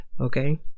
Okay